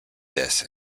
this